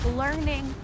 learning